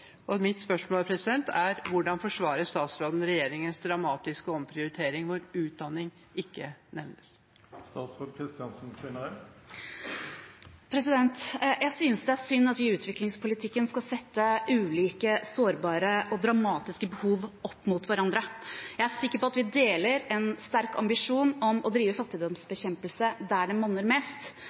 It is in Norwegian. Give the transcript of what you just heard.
Mitt spørsmål er: Hvordan forsvarer statsråden regjeringens dramatiske omprioritering når utdanning ikke nevnes? Jeg synes det er synd at vi i utviklingspolitikken skal sette ulike sårbare og dramatiske behov opp mot hverandre. Jeg er sikker på at vi deler en sterk ambisjon om å drive fattigdomsbekjempelse der det monner mest.